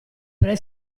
pre